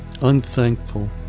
unthankful